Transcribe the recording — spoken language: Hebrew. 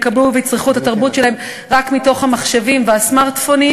יקבלו ויצרכו את התרבות שלהם רק מתוך המחשבים והסמארטפונים,